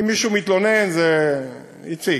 אם מישהו מתלונן, איציק,